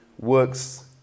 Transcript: works